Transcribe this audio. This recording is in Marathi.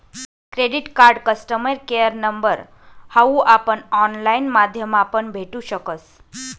credit card customer care number हाऊ आपण ऑनलाईन माध्यमापण भेटू शकस